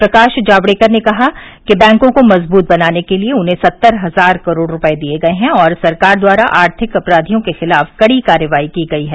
प्रकाश जावर्ड़कर ने कहा कि बैंकों को मजबूत बनाने के लिए उन्हें सत्तर हजार करोड़ रूपये दिये गए हैं और सरकार द्वारा आर्थिक अपराधियों के खिलाफ कड़ी कार्रवाई की गई है